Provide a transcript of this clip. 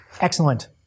Excellent